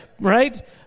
right